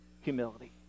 humility